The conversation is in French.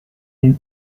est